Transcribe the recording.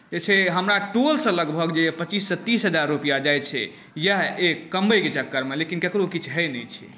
जे छै हमरा टोलसँ लगभग जे पच्चीससँ तीस हजार रुपैआ जाइत छै इएह ऐप कमबैके चक्करमे लेकिन ककरहु किछु होइत नहि छै